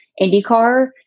IndyCar